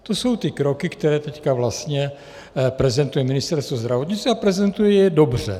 To jsou ty kroky, které teď vlastně prezentuje Ministerstvo zdravotnictví, a prezentuje je dobře.